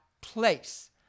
place